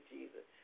Jesus